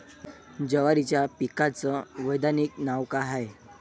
जवारीच्या पिकाचं वैधानिक नाव का हाये?